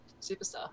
Superstar